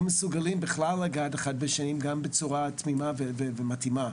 מסוגלים בכלל לגעת אחד בשני גם בצורה תמימה ומתאימה.